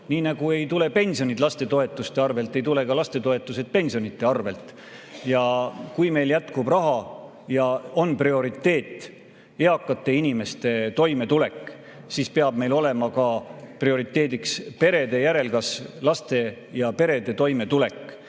Nii nagu ei tule pensionid lastetoetuste arvelt, ei tule ka lastetoetused pensionide arvelt. Ja kui meil jätkub raha ja on prioriteet eakate inimeste toimetulek, siis peab meil olema ka prioriteediks perede järelkasv, laste ja perede toimetulek.